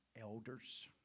Elders